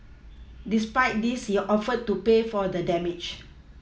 despite this he offered to pay for the damage